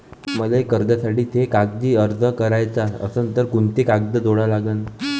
मले कर्जासाठी थे कागदी अर्ज कराचा असन तर कुंते कागद जोडा लागन?